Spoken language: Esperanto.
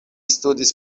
studis